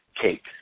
cake